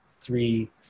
three